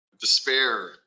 despair